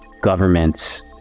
governments